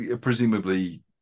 presumably